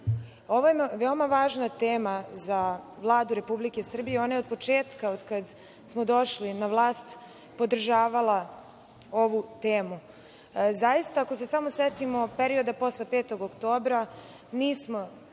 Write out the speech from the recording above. Ovo je veoma važna tema za Vladu Republike Srbije. Ona je od početka od kada smo došli na vlast podržavala ovu temu. Ako se setimo perioda posle 5. oktobra, nismo